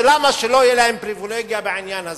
ולמה שלא תהיה להם פריווילגיה בעניין הזה?